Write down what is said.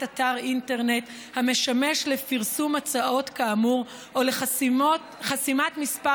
אתר אינטרנט המשמש לפרסום הצעות כאמור או לחסימת מספר